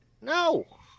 no